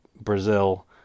Brazil